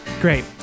Great